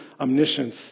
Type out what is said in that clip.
omniscience